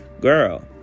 girl